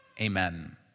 Amen